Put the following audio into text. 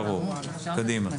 קדימה.